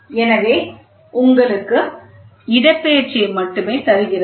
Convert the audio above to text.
எனவே இது உங்களுக்கு இடப்பெயர்ச்சியை மட்டுமே தருகிறது